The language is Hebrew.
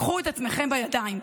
קחו את עצמכם בידיים.